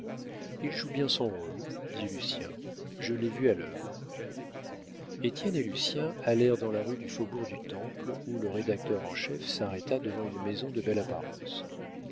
il joue bien son rôle dit lucien je l'ai vu à l'œuvre étienne et lucien allèrent dans la rue du faubourg du temple où le rédacteur en chef s'arrêta devant une maison de belle apparence